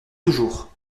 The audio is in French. toujours